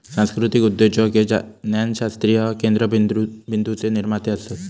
सांस्कृतीक उद्योजक हे ज्ञानशास्त्रीय केंद्रबिंदूचे निर्माते असत